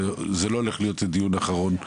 זה לא הולך להיות דיון אחרון,